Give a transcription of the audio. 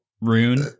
rune